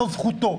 זה זכותו.